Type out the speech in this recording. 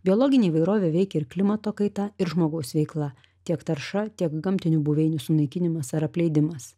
biologinė įvairovė veikia ir klimato kaita ir žmogaus veikla tiek tarša tiek gamtinių buveinių sunaikinimas ar apleidimas